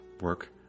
work